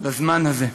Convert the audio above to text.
לזמן הזה.